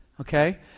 okay